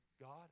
God